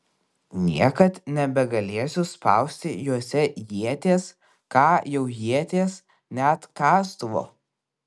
niekad nebegalėsiu spausti juose ieties ką jau ieties net kastuvo